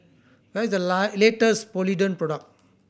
where is the latest Polident product